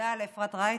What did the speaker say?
תודה לאפרת רייטן,